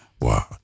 Wow